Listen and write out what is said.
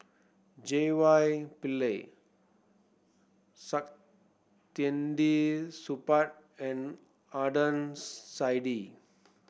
J Y Pillay Saktiandi Supaat and Adnan Saidi